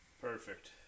Perfect